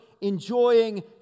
enjoying